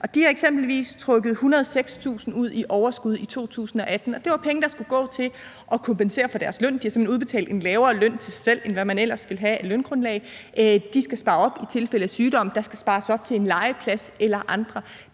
de har eksempelvis trukket 106.000 kr. ud i overskud i 2018, og det var penge, der skulle gå til at kompensere for deres løn. De har simpelt hen udbetalt en lavere løn til sig selv, end hvad man ellers ville have af løngrundlag. De skal spare op i tilfælde af sygdom, der skal spares op til en legeplads eller andet.